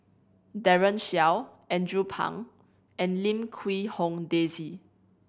Daren Shiau Andrew Phang and Lim Quee Hong Daisy